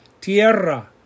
tierra